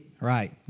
Right